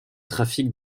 trafic